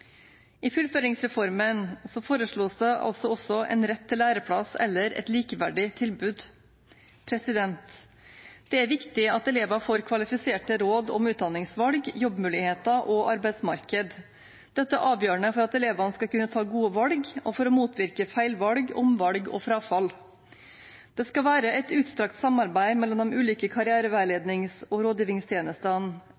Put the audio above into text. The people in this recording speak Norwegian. I fullføringsreformen foreslås det altså også en rett til læreplass eller et likeverdig tilbud. Det er viktig at elever får kvalifiserte råd om utdanningsvalg, jobbmuligheter og arbeidsmarked. Dette er avgjørende for at elevene skal kunne ta gode valg og for å motvirke feilvalg, omvalg og frafall. Det skal være et utstrakt samarbeid mellom de ulike